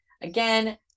again